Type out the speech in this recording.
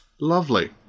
Lovely